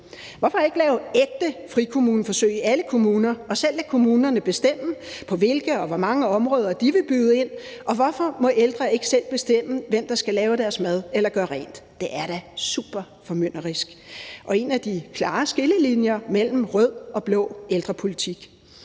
Hvorfor ikke lave ægte frikommuneforsøg i alle kommuner og selv lade kommunerne bestemme, på hvilke og hvor mange områder de vil byde ind? Og hvorfor må ældre ikke selv bestemme, hvem der skal lave deres mad eller gøre rent? Det er da superformynderisk og en af de klare skillelinjer mellem rød og blå ældrepolitik.